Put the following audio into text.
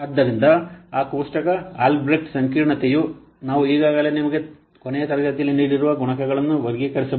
ಆದ್ದರಿಂದ ಆ ಕೋಷ್ಟಕ ಆಲ್ಬ್ರೆಕ್ಟ್ ಸಂಕೀರ್ಣತೆಯು ನಾವು ಈಗಾಗಲೇ ನಿಮಗೆ ಕೊನೆಯ ತರಗತಿಯಲ್ಲಿ ನೀಡಿರುವ ಗುಣಕಗಳನ್ನು ವರ್ಗೀಕರಿಸಬಹುದು